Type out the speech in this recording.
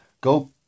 go